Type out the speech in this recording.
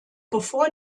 bevor